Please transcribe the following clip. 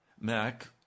Mac